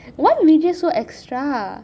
why V_J so extra